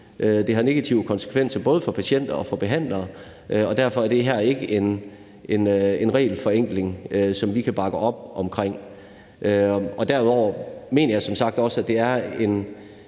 det har negative konsekvenser både for patienter og for behandlere, og derfor er det her ikke en regelforenkling, som vi kan bakke op om. Derudover mener jeg som sagt også, at det er en